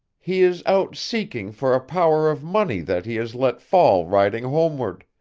he is out seeking for a power of money that he has let fall riding homeward,